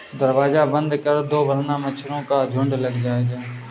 दरवाज़ा बंद कर दो वरना मच्छरों का झुंड लग जाएगा